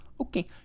Okay